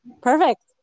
perfect